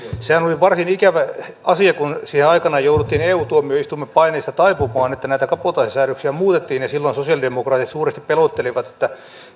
sehän oli varsin ikävä asia kun siihen aikanaan jouduttiin eu tuomioistuimen paineesta taipumaan että näitä kabotaasisäädöksiä muutettiin ja silloin sosiaalidemokraatit suuresti pelottelivat että